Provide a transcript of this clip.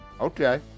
okay